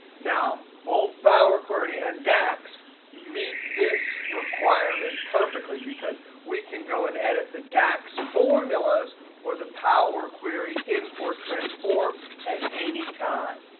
now, both power query and dax meet this requirement perfectly, because we can go and edit the dax formulas or the power query import transform at any time.